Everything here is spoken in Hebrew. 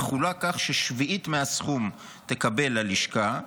יחולק כך ש-1/7 מהסכום תקבל הלשכה,